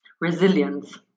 Resilience